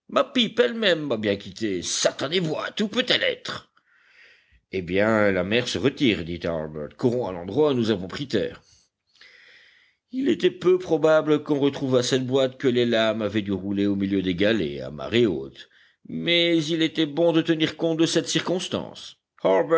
elle-même m'a bien quitté satanée boîte où peut-elle être eh bien la mer se retire dit harbert courons à l'endroit où nous avons pris terre il était peu probable qu'on retrouvât cette boîte que les lames avaient dû rouler au milieu des galets à marée haute mais il était bon de tenir compte de cette circonstance